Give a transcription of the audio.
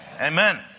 Amen